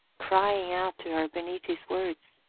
crying out to her beneath his words.